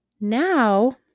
now